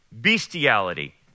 bestiality